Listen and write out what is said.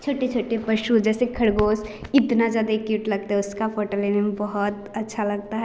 छोटे छोटे पशु जैसे ख़रगोश इतने ज़्यादे क्यूट लगते हैं उसकी फोटो लेने में बहुत अच्छा लगता है